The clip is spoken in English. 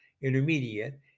intermediate